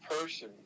person